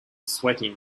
sweating